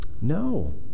No